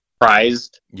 prized